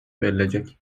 verilecek